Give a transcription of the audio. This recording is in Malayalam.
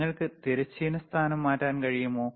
നിങ്ങൾക്ക് തിരശ്ചീന സ്ഥാനം മാറ്റാൻ കഴിയുമോ